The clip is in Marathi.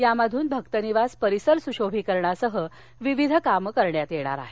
यामधून भकनिवास परिसर सुशोभीकरणासह विविध कामे करण्यात येणार आहेत